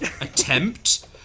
attempt